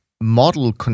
model